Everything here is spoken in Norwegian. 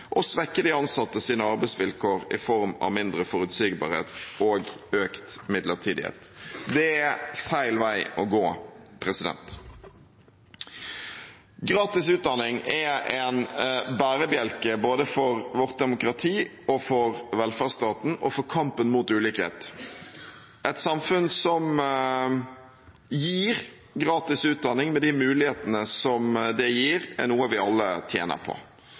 og svekke de ansattes arbeidsvilkår i form av mindre forutsigbarhet og økt midlertidighet. Det er feil vei å gå. Gratis utdanning er en bærebjelke både for vårt demokrati, for velferdsstaten og for kampen mot ulikhet. Et samfunn som gir gratis utdanning, med de mulighetene som det gir, er noe vi alle tjener på.